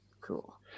Cool